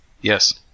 Yes